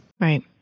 Right